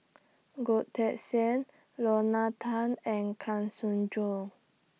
Goh Teck Sian Lorna Tan and Kang Siong Joo